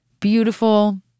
Beautiful